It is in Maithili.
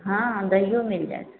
हँ हँ दहियो मिल जाएत